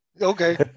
okay